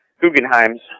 Guggenheim's